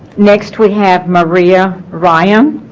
next we have maria ryan